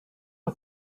are